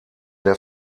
der